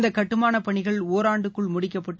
இந்த கட்டுமானப் பணிகள் ஒராண்டுக்குள் முடிக்கப்பட்டு